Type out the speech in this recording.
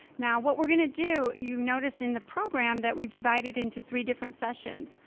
now what we're gonna do, you notice in the program that we've divided into three different sessions.